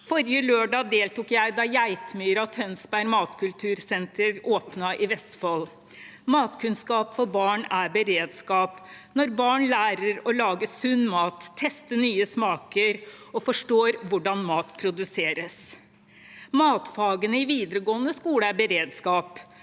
Forrige lørdag deltok jeg da Geitmyra matkultursenter Tønsberg åpnet i Vestfold. Matkunnskap for barn er beredskap når barn lærer å lage sunn mat, teste nye smaker og forstår hvordan mat produseres. Matfagene i videregående skole er beredskap.